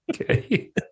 Okay